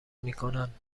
میکنند